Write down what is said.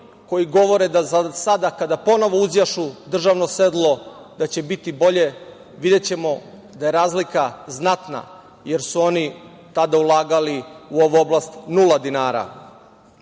koji govore da sada kada ponovo uzjašu državno sedlo da će biti bolje, videćemo da je razlika znatna jer su oni tada ulagali u ovu oblast nula dinara. Treće,